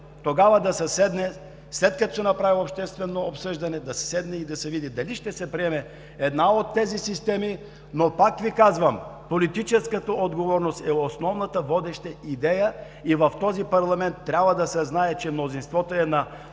тогава да се седне, след като се направи обществено обсъждане и да се види дали ще се приеме една от тези системи, но пак Ви казвам: политическата отговорност е основната водеща идея и в този парламент трябва да се знае, че мнозинството е на